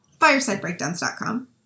firesidebreakdowns.com